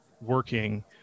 working